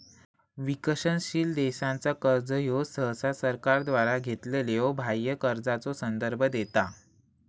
विकसनशील देशांचा कर्जा ह्यो सहसा सरकारद्वारा घेतलेल्यो बाह्य कर्जाचो संदर्भ देता